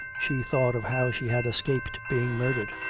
she thought of how she had escaped being murdered.